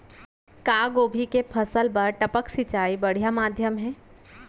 का गोभी के फसल बर टपक सिंचाई बढ़िया माधयम हे?